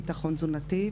ביטחון תזונתי,